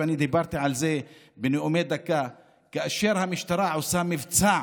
ואני דיברתי על זה בנאום בן דקה: כאשר המשטרה עושה מבצע